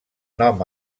nom